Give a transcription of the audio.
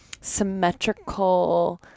symmetrical